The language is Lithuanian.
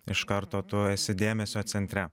iš karto tu esi dėmesio centre